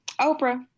Oprah